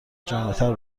جامعتر